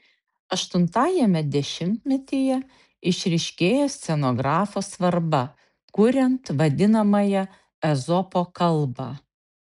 aštuntajame dešimtmetyje išryškėja scenografo svarba kuriant vadinamąją ezopo kalbą